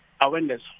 awareness